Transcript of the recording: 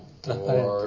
transparente